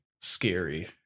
scary